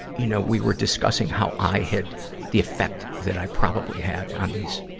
you know, we were discussing how i had the effect that i probably had on these